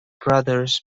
brothers